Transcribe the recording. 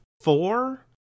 four